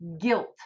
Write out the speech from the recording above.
guilt